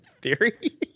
theory